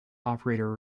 operator